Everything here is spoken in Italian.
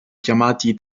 chiamati